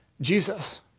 Jesus